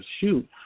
shoot